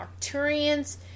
arcturians